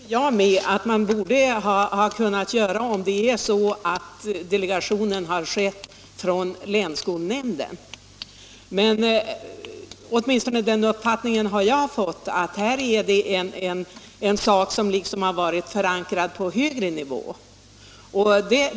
Herr talman! Jag tycker också att man borde ha kunnat göra så om delegationen har skett från länsskolnämnden. Jag har fått den uppfattningen att detta är en sak som har varit förankrad på högre nivå.